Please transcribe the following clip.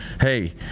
hey